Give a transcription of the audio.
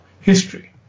history